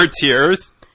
tears